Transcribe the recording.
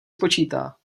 spočítá